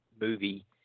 movie